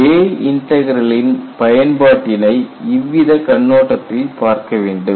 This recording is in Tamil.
J இன்டக்ரலின் பயன்பாட்டினை இவ்வித கண்ணோட்டத்தில் பார்க்க வேண்டும்